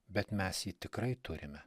bet mes jį tikrai turime